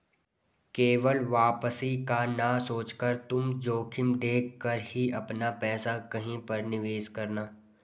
केवल वापसी का ना सोचकर तुम जोखिम देख कर ही अपना पैसा कहीं पर निवेश करना